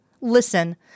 Listen